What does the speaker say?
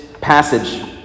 passage